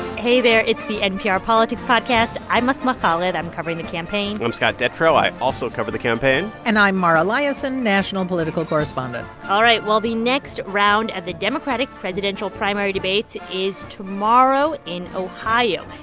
hey there. it's the npr politics podcast. i'm asma khalid. i'm covering the campaign i'm scott detrow. i also cover the campaign and i'm mara liasson, national political correspondent all right. well, the next round of the democratic presidential primary debates is tomorrow in ohio.